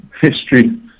history